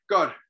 God